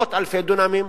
מאות אלפי דונמים,